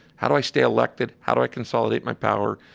how do i stay elected? how do i consolidate my power?